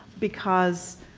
because.